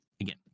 again